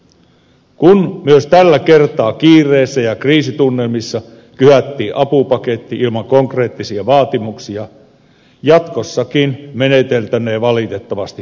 kun myös tällä kertaa kiireessä ja kriisitunnelmissa kyhättiin apupaketti ilman konkreettisia vaatimuksia jatkossakin meneteltäneen valitettavasti samalla tavalla